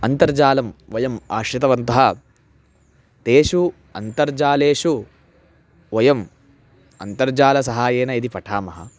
अन्तर्जालं वयम् आश्रितवन्तः तेषु अन्तर्जालेषु वयम् अन्तर्जालस्य सहाय्येन यदि पठामः